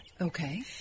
Okay